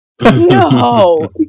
No